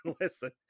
Listen